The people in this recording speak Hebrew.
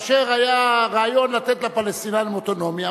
כאשר היה רעיון לתת לפלסטינים אוטונומיה,